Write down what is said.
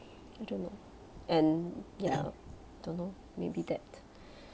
I don't know and ya don't know maybe that